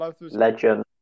Legend